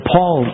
Paul